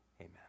Amen